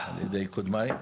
על ידי קודמיי,